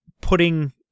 putting